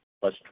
plus